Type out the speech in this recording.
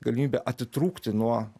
galimybė atitrūkti nuo